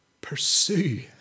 pursue